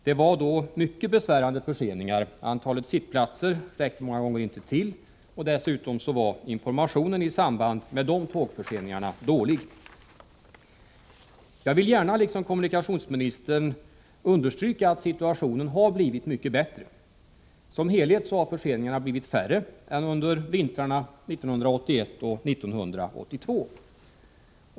Det har varit mycket besvärande förseningar, antalet sittplatser har många gånger inte räckt till och dessutom var informationen i samband med tågförseningarna dålig. Liksom kommunikationsministern vill jag gärna understryka att situationen har blivit mycket bättre. Som helhet har förseningarna blivit färre än under vintrarna 1981 och 1982.